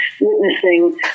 witnessing